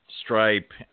stripe